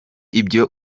ibyo